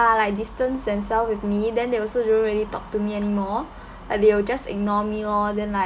like distance themselves with me then they also don't really talk to me anymore like they will just ignore me lor then like